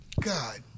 God